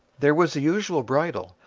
there was the usual bridle,